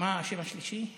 מה השם השלישי?